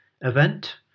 event